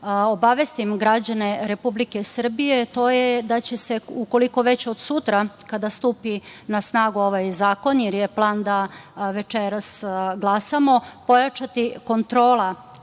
obavestim građane Republike Srbije, to je da će se ukoliko već od sutra, kada stupi na snagu ovaj zakon, jer je plan da večeras glasamo, pojačati kontrola